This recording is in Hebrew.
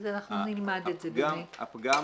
גם הפגם